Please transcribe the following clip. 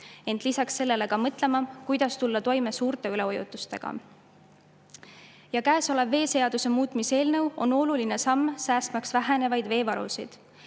Lisaks sellele peame mõtlema, kuidas tulla toime suurte üleujutustega. Käesolev veeseaduse muutmise eelnõu on oluline samm, säästmaks vähenevaid veevarusid.